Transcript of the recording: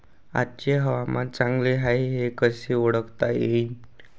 आजचे हवामान चांगले हाये हे कसे ओळखता येईन?